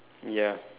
ya